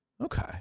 Okay